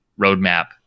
roadmap